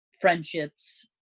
friendships